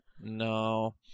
No